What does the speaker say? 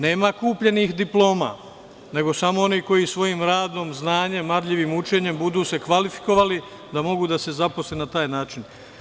Nema kupljenih diploma, nego samo oni koji svojim radom, znanjem, marljivim učenjem, budu se kvalifikovali da mogu da se zaposle na taj način.